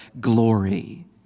glory